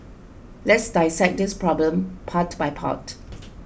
let's dissect this problem part by part